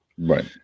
right